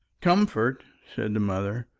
comfort! said the mother.